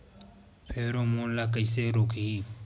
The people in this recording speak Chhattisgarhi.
फेरोमोन ला कइसे रोकही?